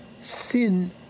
sin